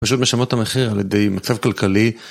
פשוט משלמות את המחיר על ידי מצב כלכלי.